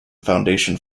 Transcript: foundation